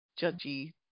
judgy